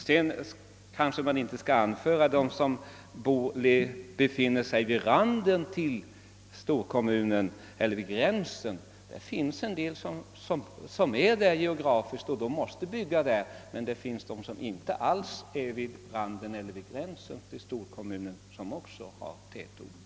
Man kanske inte skall tala om de kommuner som befinner sig intill gränsen av en storkommun. En del kommuner har dock den geografiska placeringen och måste bygga där. Det finns också kommuner som inte alls befinner sig vid gränsen till en storkommun men som har tätorter.